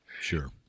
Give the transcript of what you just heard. Sure